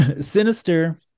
sinister